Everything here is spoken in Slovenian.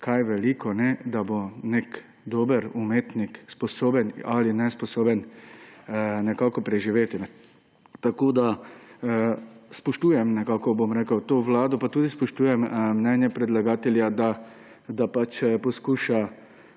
kaj veliko, da bo nek dober umetnik sposoben ali nesposoben nekako preživeti. Tako spoštujem nekako to vlado, pa tudi spoštujem mnenje predlagatelja, da poskuša